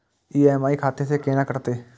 EMI खाता से केना कटते?